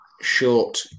short